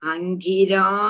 Angira